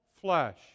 flesh